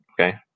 okay